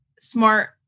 smart